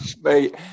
Mate